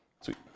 Sweet